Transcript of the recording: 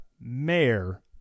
mayor